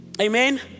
Amen